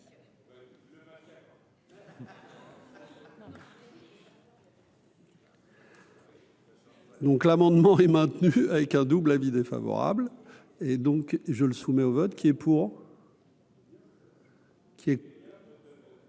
Donc, l'amendement est maintenu avec un double avis défavorable et donc je le soumet au vote qui est pour. C'est.